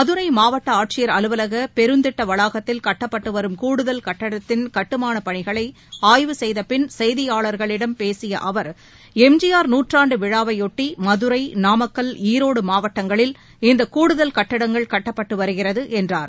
மதுரைமாவட்டஆட்சியர் அலுவலகபெருந்திட்டவளாகத்தில் கட்டப்பட்டுவரும் கூடுதல் கட்டடத்தின் கட்டுமானபணிகளைஆய்வு செய்தியாளர்களிடம் பேசியஅவர் செய்தபின் ஜி ஆர் நூற்றாண்டுவிழாவையொட்டிமதுரை நாமக்கல் ஈரோடுமாவட்டங்களில் இந்தகூடுதல் கட்டடங்கள் கட்டப்பட்டுவருகிறதுஎன்றார்